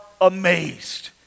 amazed